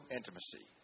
intimacy